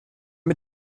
mit